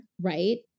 right